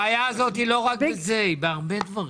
הבעיה הזו היא לא רק בזה ; היא בהרבה דברים.